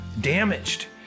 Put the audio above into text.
damaged